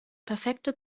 perfekte